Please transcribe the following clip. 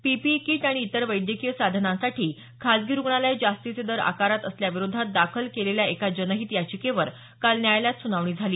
PPE kit आणि इतर वैद्यकीय साधनांसाठी खाजगी रुग्णालयं जास्तीचे दर आकारत असल्याविरोधात दाखल केलेल्या एका जनहित याचिकेवर काल न्यायालयात सुनावणी झाली